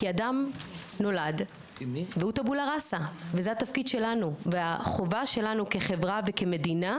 כי אדם נולד והוא טבולראסה וזה התפקיד שלנו והחובה שלנו כחברה וכמדינה,